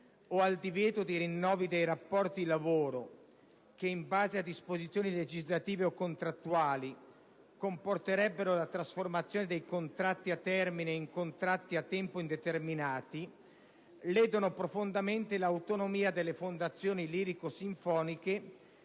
o al divieto di rinnovi dei rapporti di lavoro che, in base a disposizioni legislative o contrattuali, comporterebbero la trasformazione dei contratti a termine in contratti a tempo indeterminato, ledono fortemente l'autonomia delle fondazioni lirico-sinfoniche